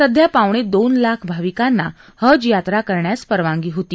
सध्या पावणे दोन लाख भाविकांना हज यात्रा करण्यास परवानगी होती